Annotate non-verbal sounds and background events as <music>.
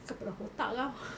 kepala otak kau <laughs>